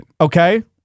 okay